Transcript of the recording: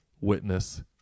witness